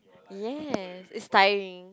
yes is tiring